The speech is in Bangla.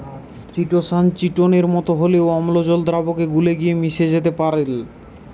চিটোসান চিটোনের মতো হলেও অম্লজল দ্রাবকে গুলে গিয়ে মিশে যেতে পারেল